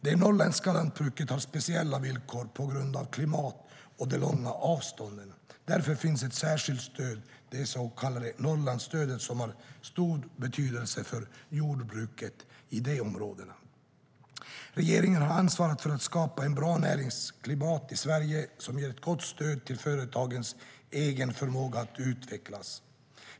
Det norrländska lantbruket har speciella villkor på grund av klimatet och de långa avstånden. Därför finns ett särskilt stöd, det så kallade Norrlandsstödet, som har stor betydelse för jordbruket i de områdena. Regeringen har ansvar för att skapa ett bra näringslivsklimat i Sverige som ger ett gott stöd till företagens egen förmåga att utvecklas.